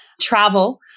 travel